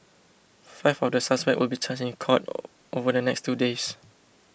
five of the suspects will be charged in court over the next two days